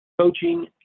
coaching